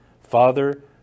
Father